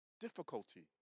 difficulty